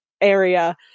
area